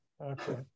Okay